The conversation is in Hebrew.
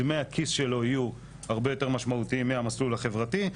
דמי הכיס שלו יהיו הרבה יותר משמעותיים מהמסלול החברתי,